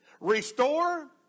restore